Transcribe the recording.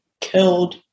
killed